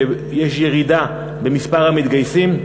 שיש ירידה במספר המתגייסים,